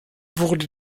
wurde